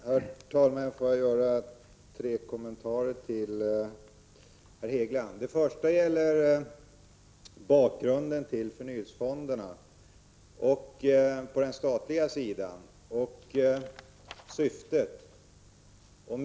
Herr talman! Jag vill göra tre kommentarer till herr Hegelands anförande. Den första gäller bakgrunden till förnyelsefonderna på den statliga sidan och deras syfte.